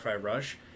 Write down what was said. Rush